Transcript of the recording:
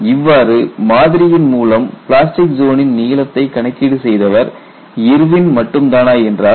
இவ்வாறு மாதிரியின் மூலம் பிளாஸ்டிக் ஜோனின் நீளத்தை கணக்கீடு செய்தவர் இர்வின் மட்டும்தானா என்றால்